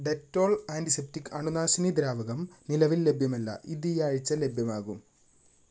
Dettol antiseptic അണുനാശിനി ദ്രാവകം നിലവിൽ ലഭ്യമല്ല ഇത് ഈ ആഴ്ച ലഭ്യമാകും